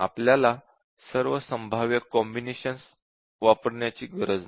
आपल्याला सर्व संभाव्य कॉम्बिनेशन्स वापरण्याची गरज नाही